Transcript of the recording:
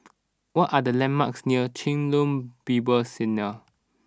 what are the landmarks near Chen Lien Bible Seminary